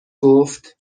گفت